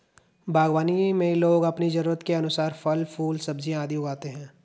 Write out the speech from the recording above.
बागवानी में लोग अपनी जरूरत के अनुसार फल, फूल, सब्जियां आदि उगाते हैं